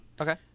Okay